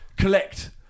collect